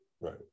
Right